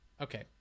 Okay